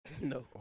No